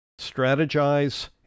strategize